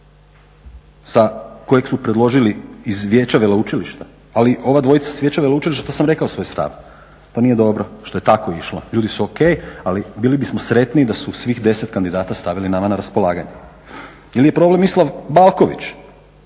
… kojeg su predložili iz Vijeća veleučilišta. Ali ova dvojica s Vijeća veleučilišta to sam rekao svoj stav, to nije dobro što je tako išlo. Ljudi su o.k. ali bili bismo sretniji da su svih 10 kandidata stavili nama na raspolaganje. Ili je problem Mislav Balković